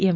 M